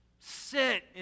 sit